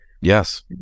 yes